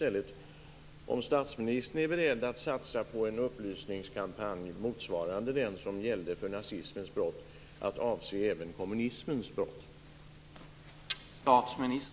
Är statsministern beredd att satsa på en upplysningskampanj motsvarande den som gällde för nazismens brott att avse även kommunismens brott?